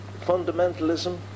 fundamentalism